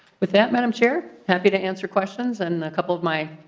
with that madam chair happy to answer questions and a couple of my.